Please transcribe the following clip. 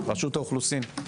רשות האוכלוסין,